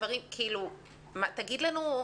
דברים מעין אלה.